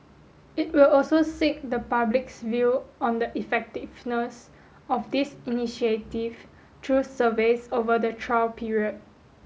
it will also seek the public's view on the effectiveness of this initiative through surveys over the trial period